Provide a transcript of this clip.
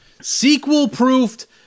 sequel-proofed